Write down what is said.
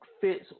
fits